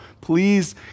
please